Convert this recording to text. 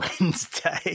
Wednesday